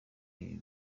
ibi